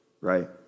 right